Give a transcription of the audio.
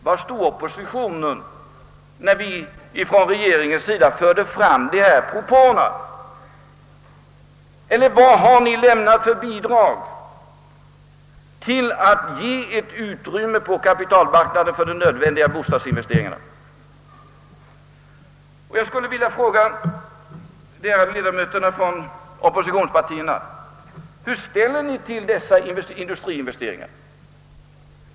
Var stod oppositionen, när vi från regeringens sida förde fram dessa propåer, eller vad har oppositionen lämnat för bidrag till att bereda utrymme på kapitalmarknaden för de nödvändiga bostadsinvesteringarna? Jag skulle vil ja fråga de ärade ledamöterna från oppositionspartierna: Hur ställer ni er till industriinvesteringarna?